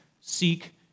seek